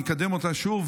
ואני אקדם אותה שוב,